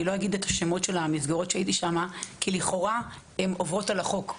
אני לא אגיד את שמות המסגרת שהייתי בהן כי לכאורה הן עוברות על החוק,